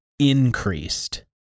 increased